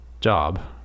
job